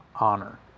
honor